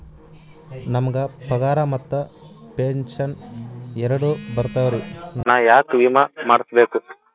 ನಮ್ ಗ ಪಗಾರ ಮತ್ತ ಪೆಂಶನ್ ಎರಡೂ ಬರ್ತಾವರಿ, ನಾ ಯಾಕ ವಿಮಾ ಮಾಡಸ್ಬೇಕ?